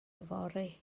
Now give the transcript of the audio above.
yfory